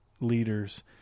leaders